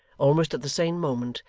almost at the same moment,